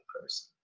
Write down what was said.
person